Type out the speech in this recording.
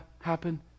happen